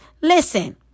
listen